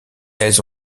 elles